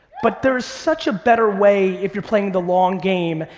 but there's such a better way if you're playing the long game.